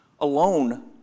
alone